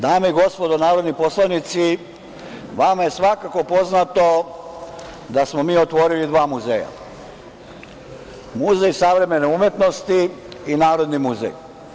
Dame i gospodo narodni poslanici, vama je svakako poznato da smo mi otvorili dva muzeja – Muzej savremene umetnosti i Narodni muzej.